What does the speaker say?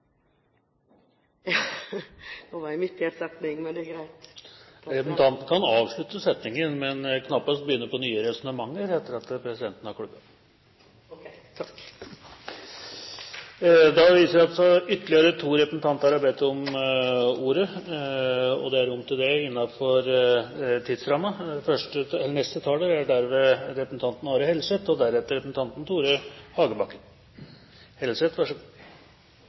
Nå var jeg midt i en setning, men det er greit. Representanten kan avslutte setningen, men knappest begynne på nye resonnementer etter at presidenten har klubbet. Ok. Takk. Da viser det seg at ytterligere to representanter har bedt om ordet, og det er rom for det innenfor tidsrammen. Det offentlige har tidligere ofte vært en både dum og